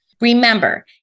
Remember